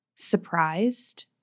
surprised